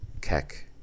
Keck